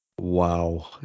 Wow